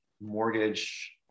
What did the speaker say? mortgage